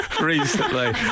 recently